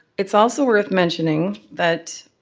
it's also worth mentioning that